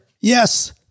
Yes